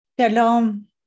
Shalom